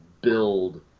build